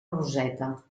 roseta